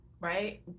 right